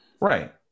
right